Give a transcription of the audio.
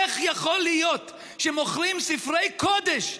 איך יכול להיות שמוכרים ספרי קודש,